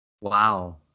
Wow